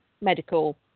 medical